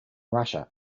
russia